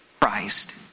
Christ